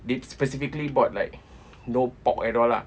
they specifically bought like no pork at all lah